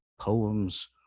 Poems